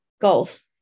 goals